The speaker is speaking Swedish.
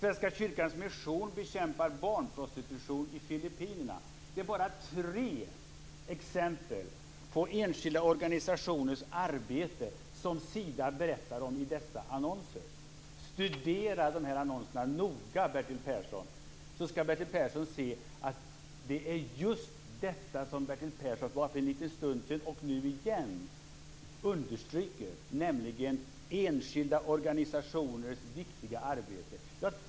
Detta är bara tre exempel på enskilda organisationers arbete som Sida berättar om i dessa annonser. Om Bertil Persson studerar de här annonserna noga skall han få se att det är just detta som han för en liten stund sedan och nu igen understryker, nämligen enskilda organisationers viktiga arbete.